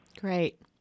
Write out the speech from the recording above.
great